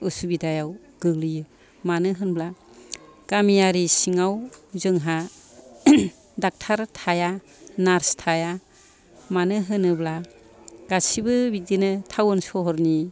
उसुबिदायाव गोग्लैयो मानो होनब्ला गामियारि सिङाव जोंहा डक्टर थाया नार्च थाया मानो होनोब्ला गासैबो बिदिनो टाउन सहरनि